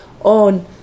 on